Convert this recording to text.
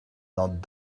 not